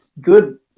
Good